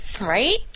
Right